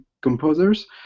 composers